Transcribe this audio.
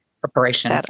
preparation